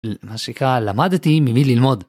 מה שנקרא, למדתי ממי ללמוד